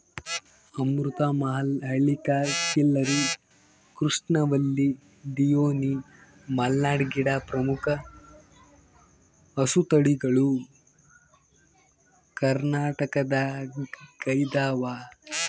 ಅಮೃತ ಮಹಲ್ ಹಳ್ಳಿಕಾರ್ ಖಿಲ್ಲರಿ ಕೃಷ್ಣವಲ್ಲಿ ಡಿಯೋನಿ ಮಲ್ನಾಡ್ ಗಿಡ್ಡ ಪ್ರಮುಖ ಹಸುತಳಿಗಳು ಕರ್ನಾಟಕದಗೈದವ